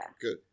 Good